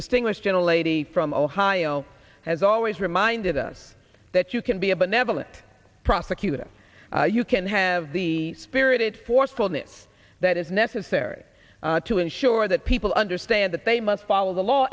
distinguished gentle lady from ohio has always reminded us that you can be a benevolent prosecutor you can have the spirited forcefulness that is necessary to ensure that people understand that they must follow the law